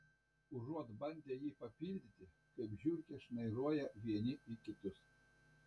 užuot bandę jį papildyti kaip žiurkės šnairuoja vieni į kitus